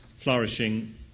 flourishing